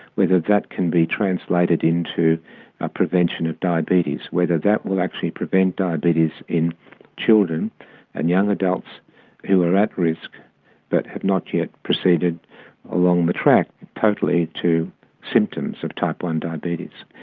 whether that can be translated into a prevention of diabetes, whether that will actually prevent diabetes in children and young adults who are at risk but have not yet proceeded along the track totally to symptoms of type i diabetes.